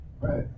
Right